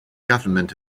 government